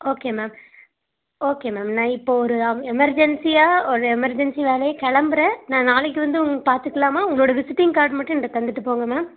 okay ma'am okay ma'am நான் இப்போ ஒரு எமர்ஜென்சியா ஒரு எமர்ஜென்சி வேலையாக கிளம்புறேன் நான் நாளைக்கு வந்து உங்களை பார்த்துக்கலாமா உங்களோட விசிட்டிங் கார்ட் மட்டும் ஏன்கிட்ட தந்துவிட்டு போங்க மேம்